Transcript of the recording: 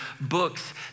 books